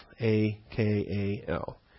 A-K-A-L